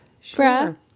Sure